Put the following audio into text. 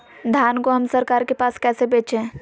धान को हम सरकार के पास कैसे बेंचे?